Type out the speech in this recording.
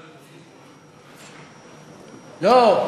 לא,